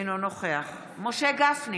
אינו נוכח מרב מיכאלי,